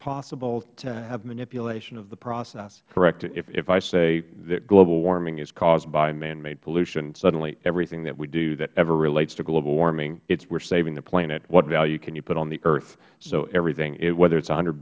possible to have manipulation of the process mister lankford correct if i say that global warming is caused by manmade pollution suddenly everything that we do that ever relates to global warming it is we are saving the planet what value can you put on the earth so everything whether it is one hundred